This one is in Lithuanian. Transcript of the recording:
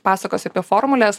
pasakosi apie formules